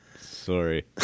Sorry